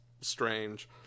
strange